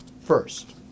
first